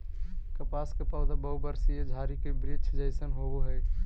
कपास के पौधा बहुवर्षीय झारी के वृक्ष जैसन होबो हइ